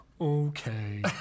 Okay